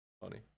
funny